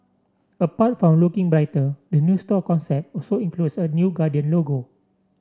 apart from looking brighter the new store concept also includes a new Guardian logo